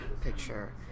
picture